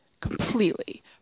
completely